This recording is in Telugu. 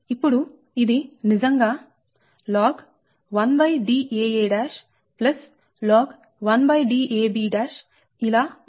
ఇప్పుడు ఇది నిజంగా log 1Daa log 1Dab ఇలా ఉంటుంది